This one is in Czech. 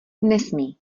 nesmí